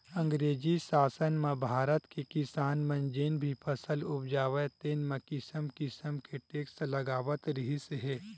अंगरेजी सासन म भारत के किसान मन जेन भी फसल उपजावय तेन म किसम किसम के टेक्स लगावत रिहिस हे